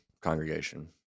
congregation